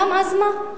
גם, אז מה?